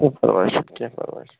کیٚنٛہہ پروٲے چھُنہٕ کیٚنٛہہ پروٲے